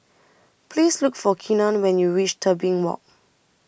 Please Look For Keenan when YOU REACH Tebing Walk